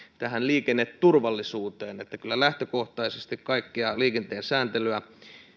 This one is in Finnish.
liikenneturvallisuuteen kyllä lähtökohtaisesti kaikkea liikenteen sääntelyä